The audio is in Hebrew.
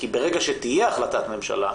כי ברגע שתהיה החלטת הממשלה,